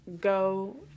go